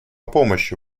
помощи